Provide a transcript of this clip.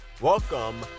welcome